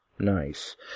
nice